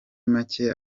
make